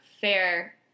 fair